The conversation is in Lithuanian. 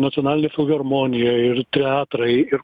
nacionalinė filharmonija ir teatrai ir